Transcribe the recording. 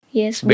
yes